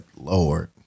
Lord